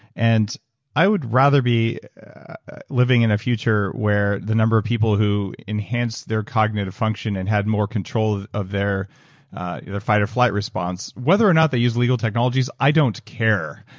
and i would rather be living in a future where the number of people who enhance their cognitive function and had more control of their flight-or-fight response whether they use legal technologies, i don't care.